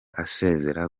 asezera